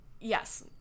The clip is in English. yes